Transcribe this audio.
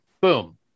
boom